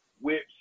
whips